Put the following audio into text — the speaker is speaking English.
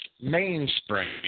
mainspring